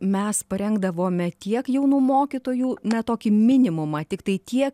mes parengdavome tiek jaunų mokytojų na tokį minimumą tiktai tiek